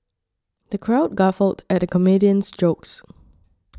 the crowd guffawed at the comedian's jokes